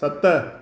सत